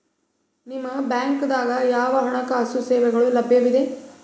ನಿಮ ಬ್ಯಾಂಕ ದಾಗ ಯಾವ ಹಣಕಾಸು ಸೇವೆಗಳು ಲಭ್ಯವಿದೆ?